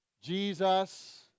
Jesus